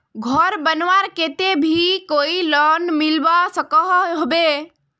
घोर बनवार केते भी कोई लोन मिलवा सकोहो होबे?